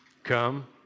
come